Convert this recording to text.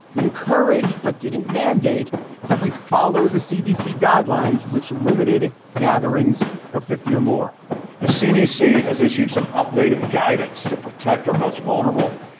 encouraged but didn't mandate that we follow the cdc guidelines, which limited gatherings of fifty or more the cdc has issued some updated guidance to protect our most vulnerable,